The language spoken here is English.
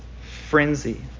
frenzy